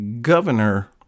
governor